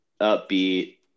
upbeat